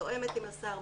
מתואמת עם השר,